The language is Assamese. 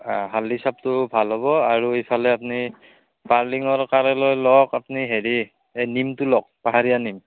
হালধি চাপটো ভাল হ'ব আৰু ইফালে আপুনি পাৰ্লিঙৰ কাৰণে লওক আপুনি হেৰি এই নিমটো লওক পাহাৰীয়া নিম